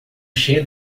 cheia